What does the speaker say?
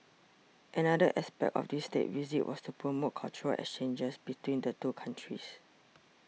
another aspect of this State Visit was to promote cultural exchanges between the two countries